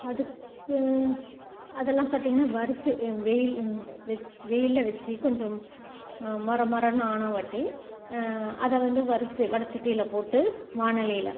அதுக்கு அதெல்லாம் பார்த்திங்கன்னா வறுத்து வெயில் வெச் வெயிலில் வச்சு கொஞ்சம் மொர மொரனு ஆனவாட்டி அதை வந்து வறுத்து வடைச் சட்டியில் போட்டு வாணலியில்